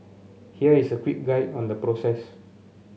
here is a quick guide on the process